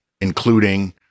including